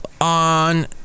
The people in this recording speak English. on